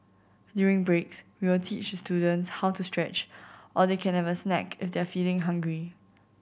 during breaks we will teach students how to stretch or they can have a snack if they're feeling hungry